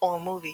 AllMovie